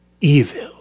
Evil